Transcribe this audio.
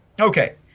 Okay